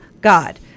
God